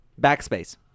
backspace